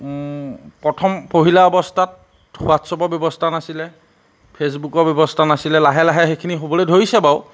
প্ৰথম পহিলা অৱস্থাত হোৱাটছআপৰ ব্যৱস্থা নাছিলে ফেচবুকৰ ব্যৱস্থা নাছিলে লাহে লাহে সেইখিনি হ'বলৈ ধৰিছে বাৰু